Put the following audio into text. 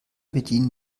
bedienen